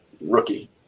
rookie